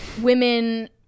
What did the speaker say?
women